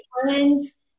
friends